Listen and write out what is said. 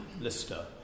Lister